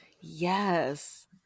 Yes